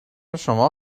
شما